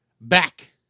Back